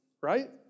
Right